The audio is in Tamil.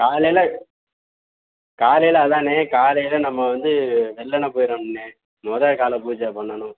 காலையில் காலையில் அதாண்ணே காலையில் நம்ம வந்து வெல்லென போயிருவோம்ண்ணே முத காலை பூஜை பண்ணணும்